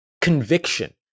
Conviction